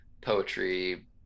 poetry